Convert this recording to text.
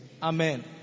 Amen